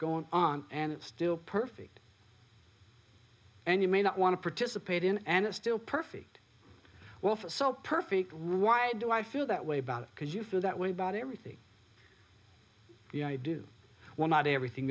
going on and it's still perfect and you may not want to participate in and it's still perfect well so so perfect why do i feel that way about because you feel that way about everything i do while not everything